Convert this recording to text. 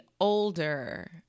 older